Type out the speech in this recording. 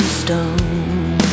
stone